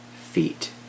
feet